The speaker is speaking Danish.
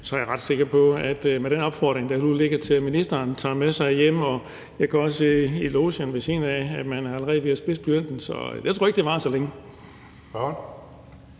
er jeg ret sikker på, at den opfordring, der nu ligger til ministeren, tager han med sig hjem. Jeg går også i logen ved siden af, hvor man allerede er ved at spidse blyanten. Så jeg tror ikke, at det varer så længe.